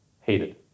hated